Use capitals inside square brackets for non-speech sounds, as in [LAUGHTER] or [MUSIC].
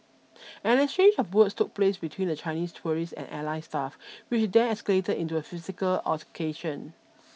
[NOISE] an exchange of words took place between the Chinese tourists and airline staff which then escalated into a physical altercation